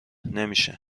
نمیشه